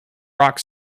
rock